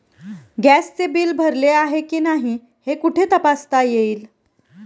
गॅसचे बिल भरले आहे की नाही हे कुठे तपासता येईल?